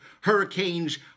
Hurricanes